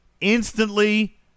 instantly